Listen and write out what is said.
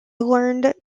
learned